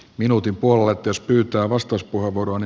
minuutin puollatteus pyytää vastauspuheenvuoroni